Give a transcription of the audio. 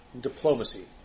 diplomacy